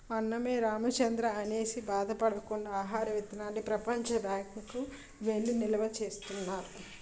అన్నమో రామచంద్రా అనేసి బాధ పడకుండా ఆహార విత్తనాల్ని ప్రపంచ బ్యాంకు వౌళ్ళు నిలవా సేత్తన్నారు